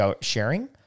sharing